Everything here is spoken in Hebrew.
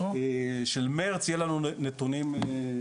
מרץ יהיה לנו נתונים ברורים.